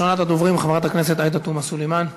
ראשונת הדוברים, עאידה תומא סלימאן,